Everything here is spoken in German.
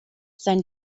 sein